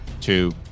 two